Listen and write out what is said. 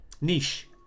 niche